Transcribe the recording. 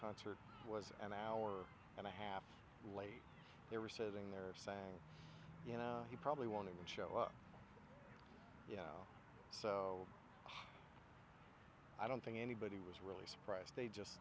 concert was an hour and a half later they were sitting there saying you know he probably won't even show up you know so i don't think anybody was really surprised they just